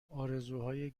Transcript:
آرزوهای